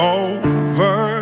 over